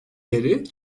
beri